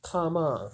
karma